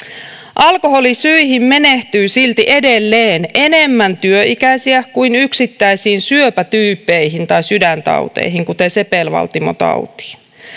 alkoholisyihin menehtyy silti edelleen enemmän työikäisiä kuin yksittäisiin syöpätyyppeihin tai sydäntauteihin kuten sepelvaltimotautiin